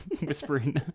whispering